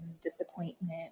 disappointment